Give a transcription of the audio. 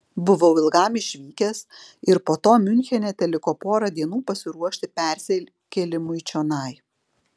buvau ilgam išvykęs ir po to miunchene teliko pora dienų pasiruošti persikėlimui čionai